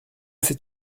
c’est